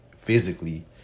physically